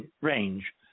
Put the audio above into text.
range